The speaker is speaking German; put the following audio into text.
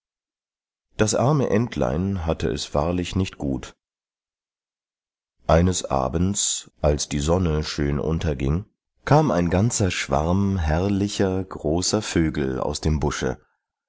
das arme entlein hatte es wahrlich nicht gut eines abends als die sonne schön unterging kam ein ganzer schwarm herrlicher großer vögel aus dem busche